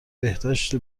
بهداشت